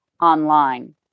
online